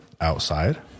outside